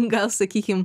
gal sakykim